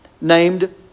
named